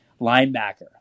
linebacker